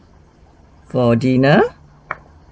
for dinner